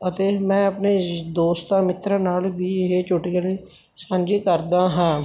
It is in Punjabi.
ਅਤੇ ਮੈਂ ਆਪਣੇ ਦੋਸਤਾਂ ਮਿੱਤਰਾਂ ਨਾਲ ਵੀ ਇਹ ਚੁਟਕਲੇ ਸਾਂਝੇ ਕਰਦਾ ਹਾਂ